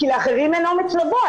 כי לאחרים אין אומץ לבוא.